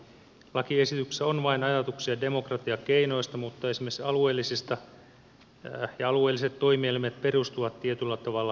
lakiesityksessä on vain ajatuksia demokratiakeinoista mutta esimerkiksi alueelliset toimielimet perustuvat tietyllä tavalla vapaaehtoisuuteen